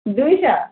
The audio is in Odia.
ଦୁଇଶହ